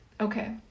Okay